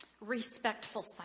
Respectful